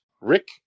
Rick